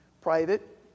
private